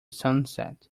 sunset